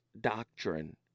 doctrine